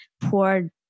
poor